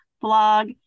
blog